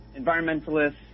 environmentalists